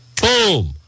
Boom